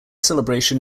celebration